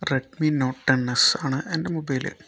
Redmi note N S ആണ് എൻ്റെ mobile